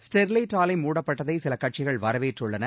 Sterlite ஆலை மூடப்பட்டதை சில கட்சிகள் வரவேற்றுள்ளன